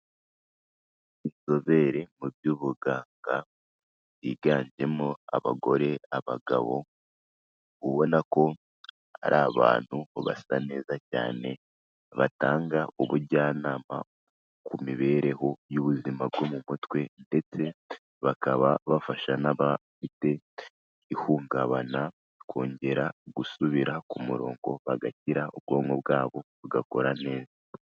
Inzobere mu by'ubuganga, biganjemo abagore, abagabo, ubona ko ari abantu basa neza cyane, batanga ubujyanama ku mibereho y'ubuzima bwo mu mutwe, ndetse bakaba bafasha n'abafite ihungabana, kongera gusubira ku murongo bagakira; ubwonko bwabo bugakora neza.